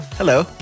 Hello